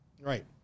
right